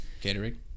Catering